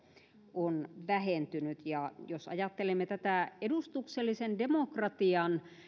on vähentynyt ja jos ajattelemme tätä edustuksellisen demokratian